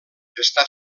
està